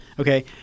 Okay